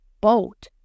boat